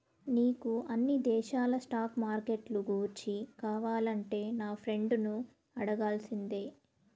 నీకు అన్ని దేశాల స్టాక్ మార్కెట్లు గూర్చి కావాలంటే నా ఫ్రెండును అడగాల్సిందే